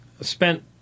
spent